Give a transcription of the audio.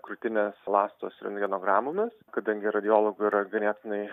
krūtinės ląstos rentgenogramomis kadangi radiologų yra ganėtinai